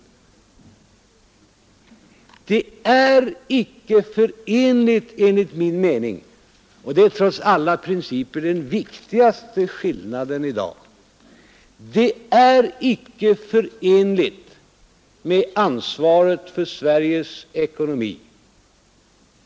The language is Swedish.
Det är enligt min mening icke förenligt — och det är trots allt den viktigaste skillnaden i dag — med ansvaret för Sveriges ekonomi.